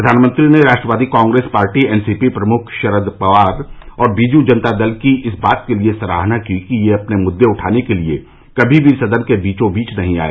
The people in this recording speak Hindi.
प्रधानमंत्री ने राष्ट्रवादी कांग्रेस पार्टी एनसीपी प्रमुख शरद पवार और बीजू जनता दल की इस बात के लिए सराहना की कि ये अपने मुद्दे उठाने के लिए कभी भी सदन के बीचो बीच नहीं आए